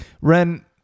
Ren